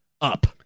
up